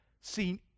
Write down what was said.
seen